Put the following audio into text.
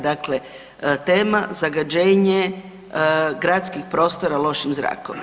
Dakle, tama zagađenje gradskih prostora lošim zrakom.